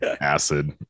acid